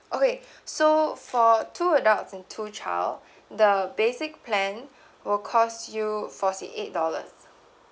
okay so for two adults and two child the basic plan will cost you forty eight dollars